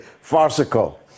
farcical